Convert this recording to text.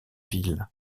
ville